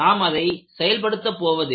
நாம் அதை செயல்படுத்த போவதில்லை